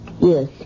Yes